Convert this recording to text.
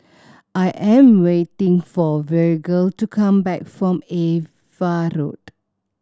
I am waiting for Virgil to come back from Ava Road